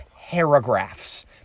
paragraphs